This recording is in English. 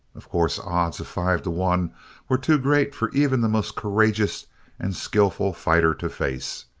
of course odds of five to one were too great for even the most courageous and skilful fighter to face.